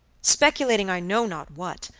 speculating i know not what,